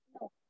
No